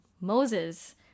Moses